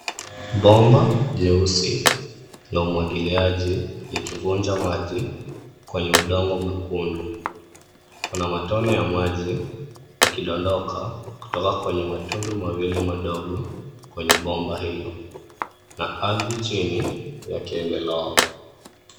Bomba jeusi la umwagliaji likivunja maji kwenye udongo mwekundu. Kuna matone ya maji yakidondoka kutoka kwenye matundu mawili madogo kwenye bomba hilo na ardhi chini yake imelowa.